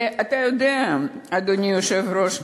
ואתה יודע, אדוני היושב-ראש,